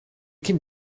can